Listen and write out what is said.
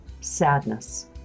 sadness